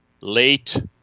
Late